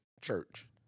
church